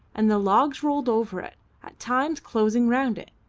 and the logs rolled over it, at times closing round it,